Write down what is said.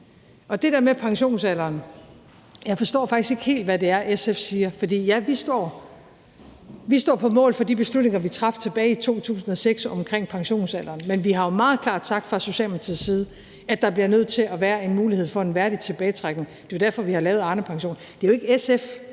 til det der med pensionsalderen forstår jeg faktisk ikke helt, hvad det er, SF siger. For ja, vi står på mål for de beslutninger, vi traf tilbage i 2006, om pensionsalderen. Men vi har jo meget klart sagt fra Socialdemokratiets side, at der bliver nødt til at være en mulighed for en værdig tilbagetrækning. Det er jo derfor, vi har lavet Arnepensionen. Det er jo ikke SF,